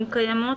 אם קיימות,